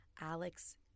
Alex